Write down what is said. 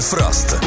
Frost